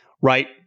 right